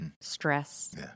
Stress